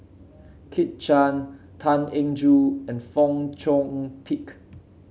Kit Chan Tan Eng Joo and Fong Chong Pik